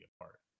apart